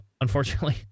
unfortunately